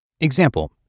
Example